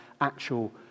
actual